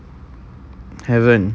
haven't